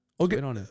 Okay